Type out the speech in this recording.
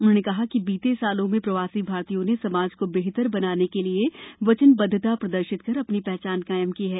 उन्होंने कहा कि बीते सालों में प्रवासी भारतीयों ने समाज को बेहतर बनाने के लिए वचनबद्दता प्रदर्शित कर अपनी पहचान कायम की है